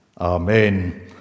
Amen